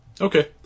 Okay